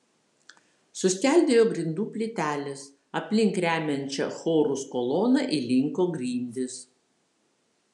suskeldėjo grindų plytelės aplink remiančią chorus koloną įlinko grindys